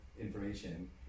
information